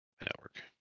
network